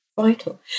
vital